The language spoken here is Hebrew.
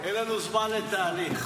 אין לנו זמן לתהליך.